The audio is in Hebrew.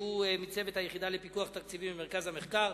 שהוא מצוות היחידה לפיקוח תקציבי במרכז המחקר.